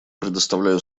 предоставляю